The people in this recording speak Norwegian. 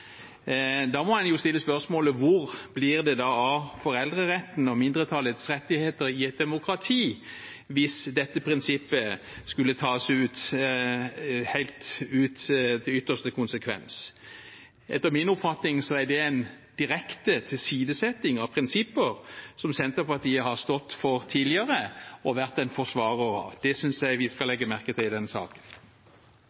Da må man stille spørsmålet: Hvor blir det av foreldreretten og mindretallets rettigheter i et demokrati hvis dette prinsippet skulle tas ut helt til ytterste konsekvens? Etter min oppfatning er det en direkte tilsidesetting av prinsipper som Senterpartiet har stått for tidligere og vært en forsvarer av. Det synes jeg vi skal